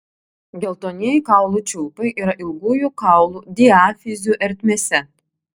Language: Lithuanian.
geltonieji kaulų čiulpai yra ilgųjų kaulų diafizių ertmėse